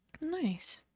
Nice